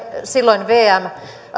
silloin vm